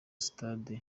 stade